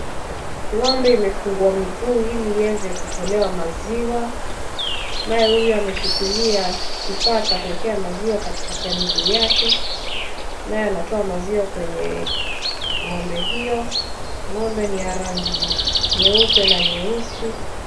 Ng'ombe imefungwa miguu ili iweze kutolewa maziwa, naye huyu ameshili; ia kifaa cha kuekea maziwa katikati ya miguu yake, naye anatoa maziwa kwenye ng'ombe hiyo. Ng'ombe ni ya rangi nyeupe na nyeusi.